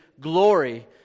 Glory